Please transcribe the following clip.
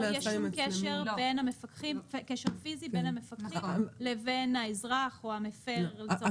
לא יהיה שום קשר פיזי בין המפקחים לבין האזרח או המפר לצורך העניין?